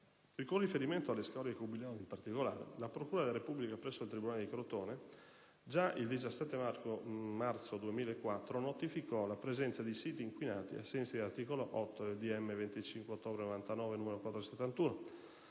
Con riferimento alle scorie cubilot, in particolare, la procura della Repubblica presso il tribunale di Crotone già il 17 marzo 2004 notificò «la presenza di siti inquinati ai sensi dell'articolo 8 del decreto ministeriale